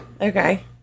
okay